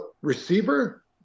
receiver